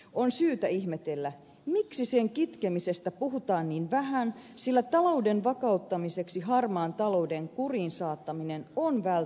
on syytä ihmetellä miksi sen kitkemisestä puhutaan niin vähän sillä talouden vakauttamiseksi harmaan talouden kuriin saattaminen on välttämätöntä